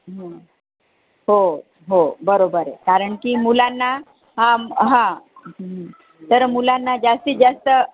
हो हो बरोबर आहे कारण की मुलांना हा हां तर मुलांना जास्तीत जास्त